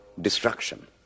destruction